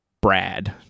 Brad